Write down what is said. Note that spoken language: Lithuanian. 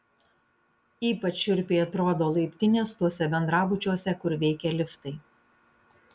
ypač šiurpiai atrodo laiptinės tuose bendrabučiuose kur veikia liftai